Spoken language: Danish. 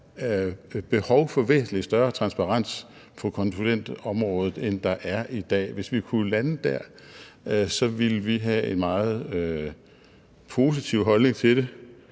behov for væsentlig større transparens på konsulentområdet, end der er i dag. Hvis vi kunne lande det dér, ville vi have en meget positiv holdning til det.